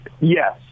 yes